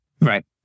Right